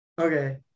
okay